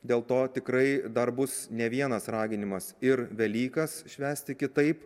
dėl to tikrai dar bus ne vienas raginimas ir velykas švęsti kitaip